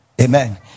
Amen